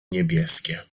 niebieskie